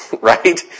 right